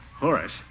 Horace